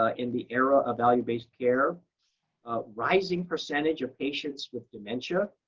ah in the era of value-based care, a rising percentage of patients with dementia,